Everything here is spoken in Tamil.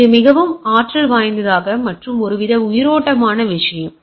எனவே இது மிகவும் ஆற்றல் வாய்ந்த மற்றும் ஒருவித உயிரோட்டமான விஷயம்